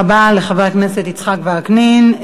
תודה רבה לחבר הכנסת יצחק וקנין.